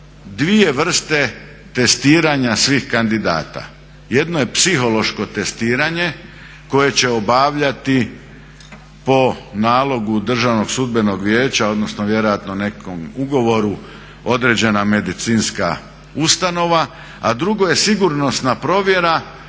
dvije vrste testiranja svih kandidata. Jedno je psihološko testiranje koje će obavljati po nalogu Državnog sudbenog vijeća odnosno nekom ugovoru određena medicinska ustanova a drugo je sigurnosna provjera